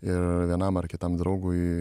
ir vienam ar kitam draugui